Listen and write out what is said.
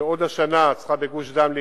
שעוד השנה צריך להיכנס בגוש-דן,